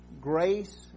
grace